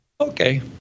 Okay